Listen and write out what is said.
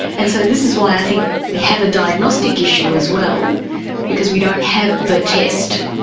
and so this is why i think we have a diagnostic issue as well because we don't have the test.